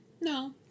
No